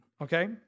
okay